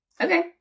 Okay